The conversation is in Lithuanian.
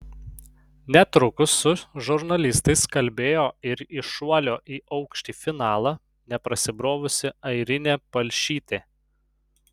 netrukus su žurnalistais kalbėjo ir į šuolio į aukštį finalą neprasibrovusi airinė palšytė